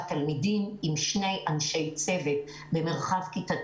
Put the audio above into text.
תלמידים עם צוות קבוע שיפגוש את הילדים.